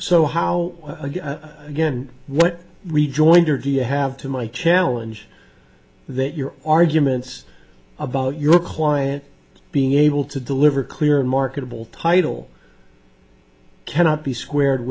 so how again what rejoinder do you have to my challenge that your arguments about your client being able to deliver clear marketable title cannot be squared